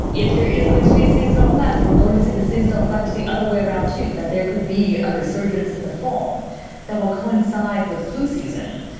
if there is going to be a seasonal effect, we're going to see the seasonal affect the other way around, too, that there could be a resurgence, the fall that will coincide with flu season,